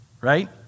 right